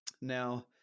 Now